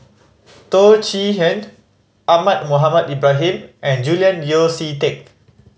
Teo Chee Hean Ahmad Mohamed Ibrahim and Julian Yeo See Teck